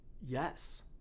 Yes